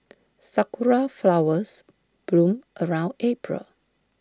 Sakura Flowers bloom around April